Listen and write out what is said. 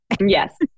Yes